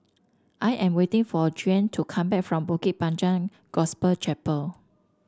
I am waiting for Juan to come back from Bukit Panjang Gospel Chapel